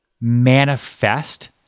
manifest